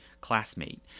classmate